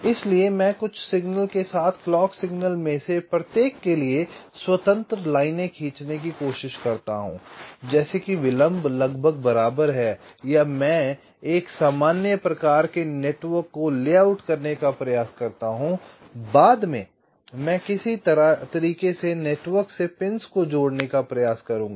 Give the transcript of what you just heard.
इसलिए मैं कुछ सिग्नल के साथ क्लॉक सिग्नल में से प्रत्येक के लिए स्वतंत्र लाइनें खींचने की कोशिश करता हूं जैसे कि विलंब लगभग बराबर है या मैं एक सामान्य प्रकार के नेटवर्क को लेआउट करने का प्रयास करता हूं बाद में मैं किसी तरीके से नेटवर्क से पिन्स को जोड़ने का प्रयास करूंगा